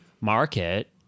market